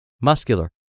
muscular